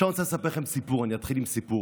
אני רוצה לספר לכם סיפור, אני אתחיל בסיפור.